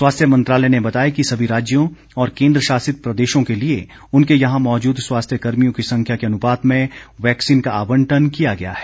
स्वास्थ्य मंत्रालय ने बताया कि सभी राज्यों और केन्द्रशासित प्रदेशों के लिए उनके यहां मौजूद स्वास्थ्य कर्मियों की संख्या के अनुपात में वैकसीन का आवंटन किया गया है